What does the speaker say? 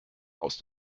aus